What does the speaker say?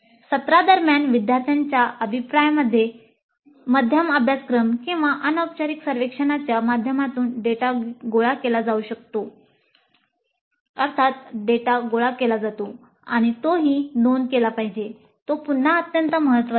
सत्रादरम्यान विद्यार्थ्यांच्या अभिप्राय मध्ये मध्यम अभ्यासक्रम किंवा अनौपचारिक सर्वेक्षणांच्या माध्यमातून डेटा गोळा केला जातो आणि तोही नोंद केला पाहिजे तो पुन्हा अत्यंत महत्वाचा आहे